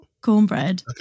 Cornbread